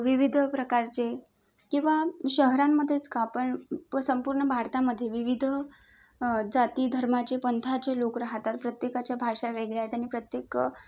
विविध प्रकारचे किवा शहरांमध्येच का आपण संपूर्ण भारतामध्ये विविध जातीधर्माचे पंथाचे लोक राहतात प्रत्येकाच्या भाषा वेगळ्या आहेत आणि प्रत्येक